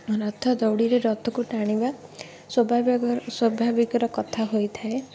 ରଥ ଦଉଡ଼ିରେ ରଥକୁ ଟାଣିବା ସ୍ୱାଭାବିକର କଥା ହୋଇଥାଏ